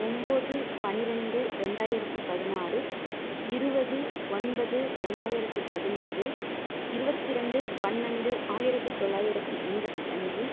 ஒம்பது பன்னிரெண்டு ரெண்டாயிரத்து பதினாறு இருபது ஒன்பது ரெண்டாயிரத்து பதினேழு இருபத்தி ரெண்டு பன்னெண்டு ஆயிரத்து தொள்ளாயிரத்து எண்பத்து அஞ்சு